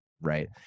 right